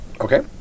Okay